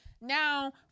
Now